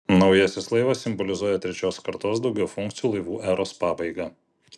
naujasis laivas simbolizuoja trečios kartos daugiafunkcių laivų eros pabaigą